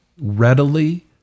readily